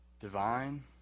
Divine